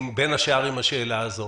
בין השאר עם השאלה הזאת.